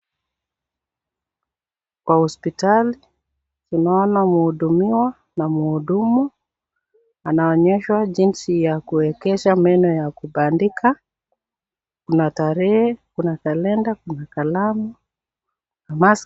Kwa hospitali tunaona mhudumiwa na mhudumu anaonyeshwa jinsi ya kuwekesha meno ya kubandika. Kuna tarehe, kuna kalenda, kuna kalamu na mask .